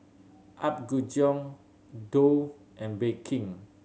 Apgujeong Doux and Bake King